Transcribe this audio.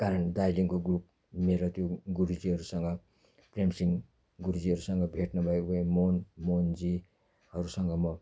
कारण दार्जिलिङको ग्रुप मेरो त्यो गुरुजीहरूसँग प्रेमसिंह गुरुजीहरूसँग भेट नभएको भए मोहन मोहनजीहरूसँग म